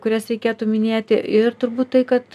kurias kurias reikėtų minėti ir turbūt tai kad